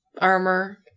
armor